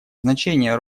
значение